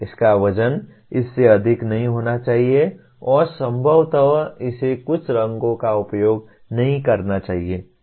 इसका वजन इससे अधिक नहीं होना चाहिए और संभवतः इसे कुछ रंगों का उपयोग नहीं करना चाहिए